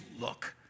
look